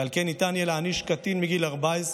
ועל כן ניתן יהיה להעניש קטין מגיל 14,